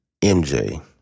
MJ